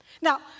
Now